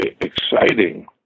exciting